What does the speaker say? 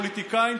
פוליטיקאים,